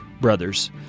brothers